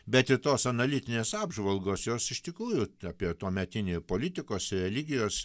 bet ir tos analitinės apžvalgos jos iš tikrųjų apie tuometinį politikos religijos